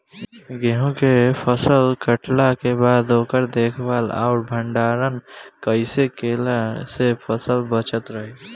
गेंहू के फसल कटला के बाद ओकर देखभाल आउर भंडारण कइसे कैला से फसल बाचल रही?